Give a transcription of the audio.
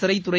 சிறைத்துறை